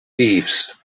thieves